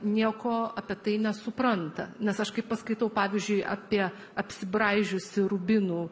nieko apie tai nesupranta nes aš kaip paskaitau pavyzdžiui apie apsibraižiusį rubinų